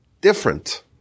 different